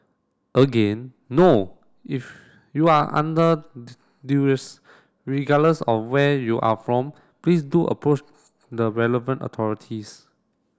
again no if you are under duress regardless of where you are from please do approach the relevant authorities